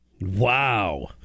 Wow